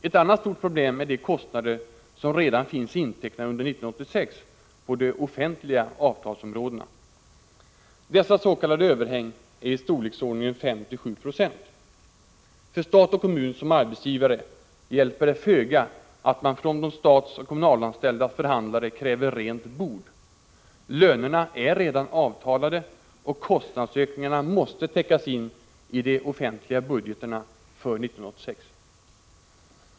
Ett annat stort problem är de kostnader som redan finns intecknade under 1986 på de offentliga avtalsområdena. Dessa s.k. överhäng är i storleksordningen 5-7 Jo. För stat och kommun som arbetsgivare hjälper det föga att man från de statsoch kommunalanställdas förhandlare kräver rent bord. Lönerna är redan avtalade, och kostnadsökningarna måste täckas in i de offentliga budgeterna för 1986.